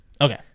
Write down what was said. Okay